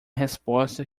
resposta